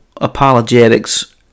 apologetics